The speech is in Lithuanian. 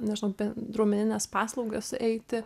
nežinau bendruomenines paslaugas eiti